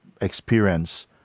experience